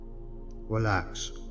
relax